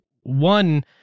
One